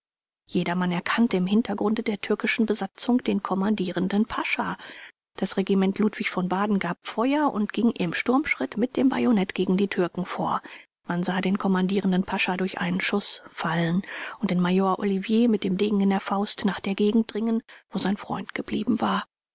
jedermann erkannte im hintergrunde der türkischen besatzung den kommandierenden pascha das regiment ludwig von baden gab feuer und ging im sturmschritt mit dem bajonett gegen die türken vor man sah den kommandierenden pascha durch einen schuß fallen und den major olivier mit dem degen in der faust nach der gegend dringen wo sein freund geblieben war